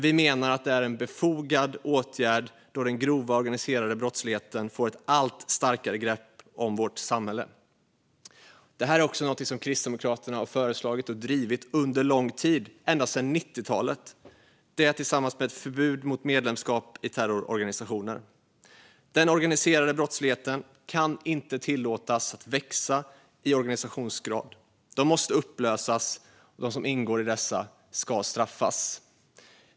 Vi menar dock att det är en befogad åtgärd då den grova organiserade brottsligheten får ett allt starkare grepp om samhället. Detta har Kristdemokraterna drivit på för under lång tid, ända sedan 90-talet, liksom för ett förbud mot medlemskap i terrororganisationer. Den organiserade brottsligheten kan inte tillåtas växa i organisationsgrad. Den måste upplösas, och de som ingår ska straffas.